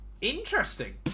Interesting